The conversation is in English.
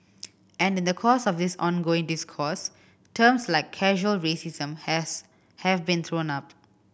and in the course of this ongoing discourse terms like casual racism has have been thrown up